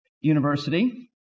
university